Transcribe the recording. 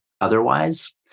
otherwise